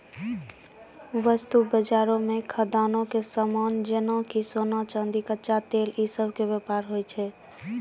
वस्तु बजारो मे खदानो के समान जेना कि सोना, चांदी, कच्चा तेल इ सभ के व्यापार होय छै